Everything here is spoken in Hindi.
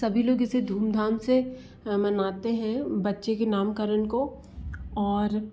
सभी लोग इसे धूमधाम से मनाते हैं बच्चे के नामकरण को और